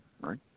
right